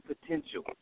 potential